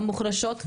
המוחלשות,